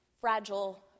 fragile